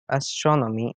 astronomy